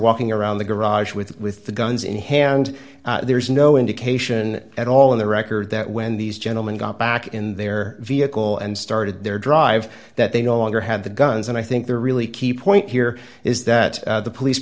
walking around the garage with with the guns in hand there's no indication at all in the record that when these gentlemen got back in their vehicle and started their drive that they no longer had the guns and i think the really key point here is that the police